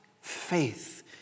faith